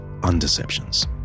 undeceptions